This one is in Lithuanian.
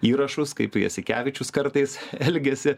įrašus kaip jasikevičius kartais elgiasi